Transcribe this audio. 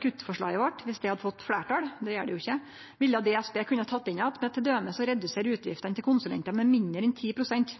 kuttforslaget vårt hadde fått fleirtal – det gjer det jo ikkje – ville DSB kunne tatt det inn att med t.d. å redusere utgiftene til konsulentar med mindre enn 10 pst.